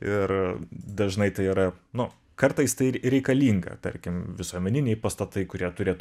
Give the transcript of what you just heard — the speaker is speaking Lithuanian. ir dažnai tai yra nu kartais tai ir reikalinga tarkim visuomeniniai pastatai kurie turėtų